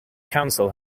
council